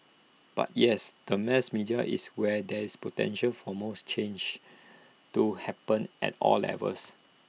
but yes the mass media is where there is potential for most change to happen at all levels